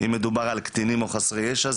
אם מדובר על קטינים או חסרי ישע,